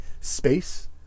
space